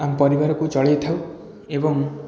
ଆମ ପରିବାରକୁ ଚଳେଇଥାଉ ଏବଂ